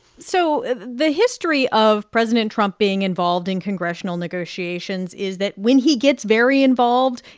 so the history of president trump being involved in congressional negotiations is that when he gets very involved,